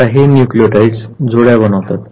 आता हे न्यूक्लियोटाइड जोड्या बनवतात